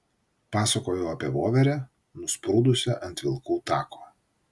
pasakojau apie voverę nusprūdusią ant vilkų tako